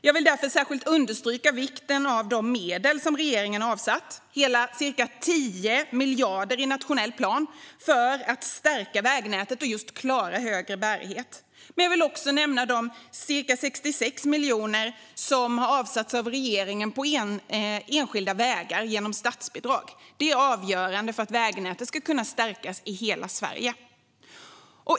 Jag vill därför särskilt understryka vikten av de medel som regeringen avsatt, hela ca 10 miljarder i nationell plan för att stärka vägnätet och klara högre bärighet. Jag vill också nämna de ca 66 miljoner som regeringen satsat på enskilda vägar genom statsbidrag. De är avgörande för att vägnätet ska stärkas i hela Sverige.